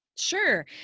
Sure